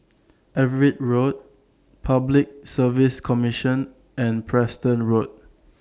Everitt Road Public Service Commission and Preston Road